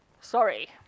sorry